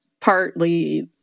partly